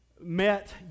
met